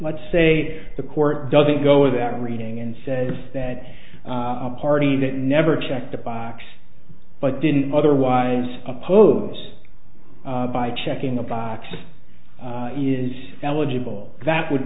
let's say the court doesn't go that reading and says that a party that never checked the box but didn't otherwise oppose by checking the box is eligible that would